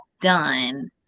done